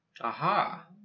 Aha